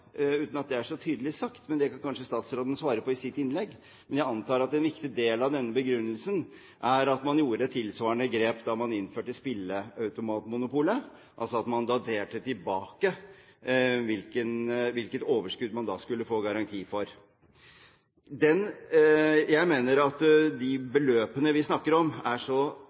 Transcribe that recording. uten at det er så tydelig sagt, men det kan kanskje statsråden svare på i sitt innlegg, at en viktig del av denne begrunnelsen er at man gjorde tilsvarende grep da man innførte spilleautomatmonopolet – at man daterte tilbake hvilket overskudd man skulle få garanti for. Jeg mener at de beløpene vi snakker om, er det så